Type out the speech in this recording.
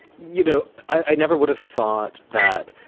you know i never would have thought that.